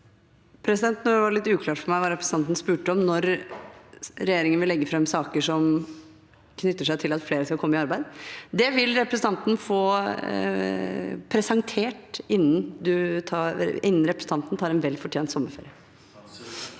det litt uklart for meg hva representanten Olsen spurte om – var det når regjeringen vil legge fram saker som knytter seg til at flere skal komme i arbeid? – Det vil representanten få presentert innen representanten tar en vel fortjent sommerferie.